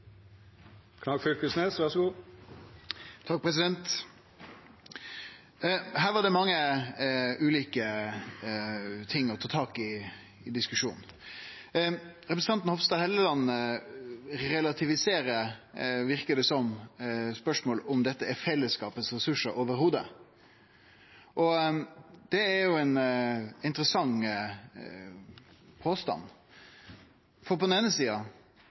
Her var det mange ulike ting å ta tak i i diskusjonen. Representanten Hofstad Helleland relativiserer – verkar det som – spørsmålet om dette i det heile er fellesskapet sine ressursar. Det er ein interessant påstand, for på den eine sida